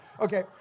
Okay